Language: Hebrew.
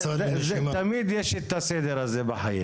תמיד יש את הסדר הזה בחיים.